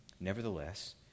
Nevertheless